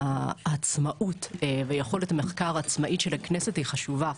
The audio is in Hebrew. העצמאות ויכולת המחקר העצמאית של הכנסת היא חשובה.